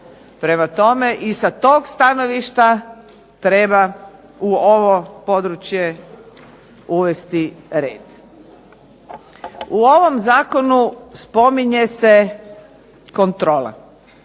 Prema tome i sa tog stanovišta treba u ovo područje uvesti red. U ovom zakonu spominje se kontrola.